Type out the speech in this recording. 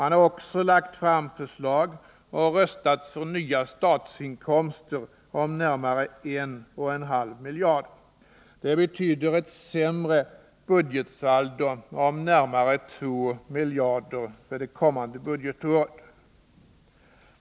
Man har även lagt fram förslag om och röstat för nya statsinkomster på närmare 1,5 miljarder kronor. Det betyder ett sämre budgetsaldo på närmare 2 miljarder kronor för kommande budgetår.